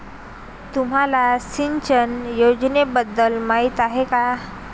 तुम्हाला सिंचन योजनेबद्दल माहिती आहे का?